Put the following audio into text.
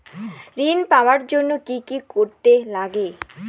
ঋণ পাওয়ার জন্য কি কি করতে লাগে?